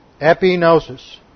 Epinosis